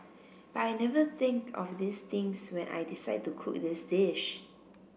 but I never think of these things when I decide to cook this dish